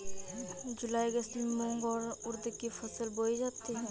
जूलाई अगस्त में मूंग और उर्द की फसल बोई जाती है